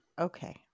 Okay